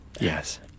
Yes